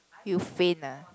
you faint ah